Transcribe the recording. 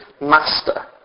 master